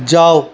যাও